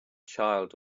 child